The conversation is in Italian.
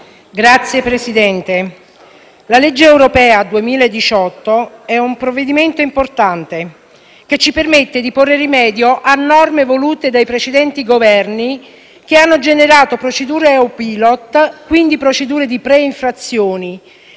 Signor Presidente, la legge europea 2018 è un provvedimento importante che ci permette di porre rimedio a norme volute dai precedenti Governi che hanno generato procedure EU-Pilot*,* quindi di pre-infrazione,